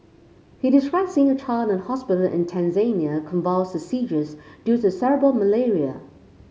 he described seeing a child in a hospital in Tanzania convulsed seizures due to cerebral malaria